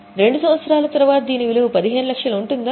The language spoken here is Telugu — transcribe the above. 2 సంవత్సరాల తరువాత దీని విలువ 15 లక్షలు ఉంటుందా